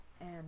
and-